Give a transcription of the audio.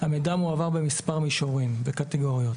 המידע מועבר במספר מישורים, בקטגוריות.